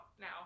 now